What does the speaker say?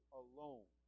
alone